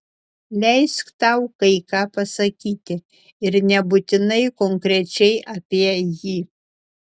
leisk tau kai ką pasakyti ir nebūtinai konkrečiai apie jį